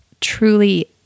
truly